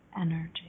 energy